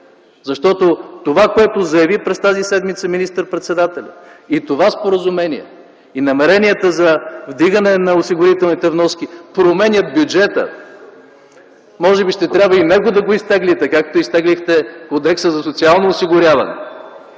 защото това, което заяви през тази седмица министър-председателят и това споразумение, и намеренията за вдигане на осигурителните вноски, променят бюджета. Може би ще трябва и него да изтеглите, както изтеглихте Кодекса за социално осигуряване.